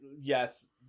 yes